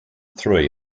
three